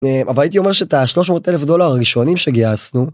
אבל הייתי אומר שאת השלוש מאות אלף דולר הראשונים שגייסנו.